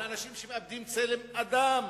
על אנשים שמאבדים צלם אדם.